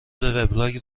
وبلاگت